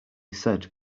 said